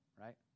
right